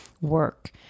work